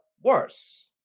Worse